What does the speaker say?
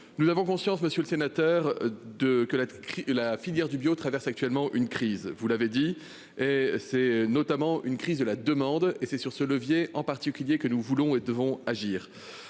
Nous avons conscience. Monsieur le sénateur, de que la toute la filière du bio traverse actuellement une crise, vous l'avez dit et c'est notamment une crise de la demande et c'est sur ce levier en particulier que nous voulons et devons agir.